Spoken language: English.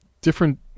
different